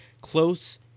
Close